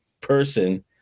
person